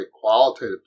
qualitative